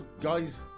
Guys